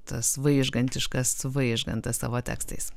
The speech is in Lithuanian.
tas vaižgantiškas vaižgantas savo tekstais